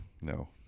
No